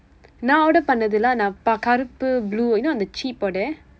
நான்:naan order பண்ணதில்ல நான் கருப்பு:pannathilla naan karuppu blue you know அந்த:andtha chip-oda